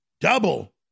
double